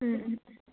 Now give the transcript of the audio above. ꯎꯝ ꯎꯝ ꯎꯝ